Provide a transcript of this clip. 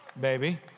baby